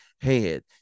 head